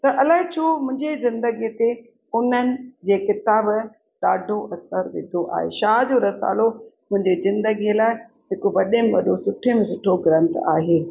त अलाए छो मुंहिंजे ज़िंदगीअ ते उन्हनि जे किताब ॾाढो असुरु विधो आहे शाह जो रसालो मुंहिंजे ज़िंदगीअ लाइ हिकु वॾे में वॾो सुठे में सुठो ग्रंथ आहे